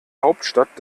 hauptstadt